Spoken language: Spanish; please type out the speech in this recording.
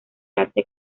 arte